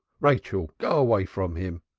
rachel, go away from him.